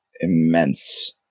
immense